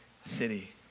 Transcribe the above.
city